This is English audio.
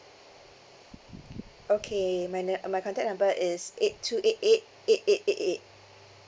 okay my na~ uh my contact number is eight two eight eight eight eight eight eight